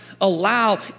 allow